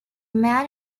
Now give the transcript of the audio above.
man